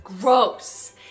Gross